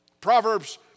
Proverbs